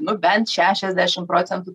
nu bent šešiasdešim procentų